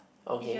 okay